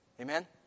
Amen